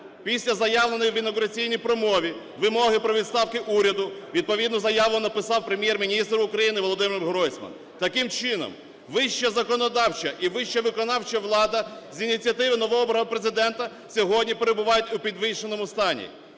Після заявленої в інавгураційній промові вимоги про відставку уряду відповідну заяву написав Прем’єр-міністр України Володимир Гройсман. Таким чином, вища законодавча і вища виконавча влада з ініціативи новообраного Президента сьогодні перебувають у підвішеному стані.